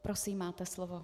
Prosím, máte slovo.